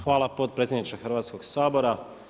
Hvala potpredsjedniče Hrvatskog sabora.